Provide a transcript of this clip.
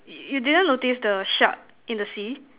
you didn't notice the shark in the sea